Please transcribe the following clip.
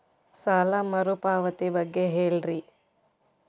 ಸಾಲ ಮರುಪಾವತಿ ಬಗ್ಗೆ ಹೇಳ್ರಿ?